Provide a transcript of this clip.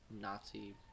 Nazi